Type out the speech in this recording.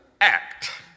act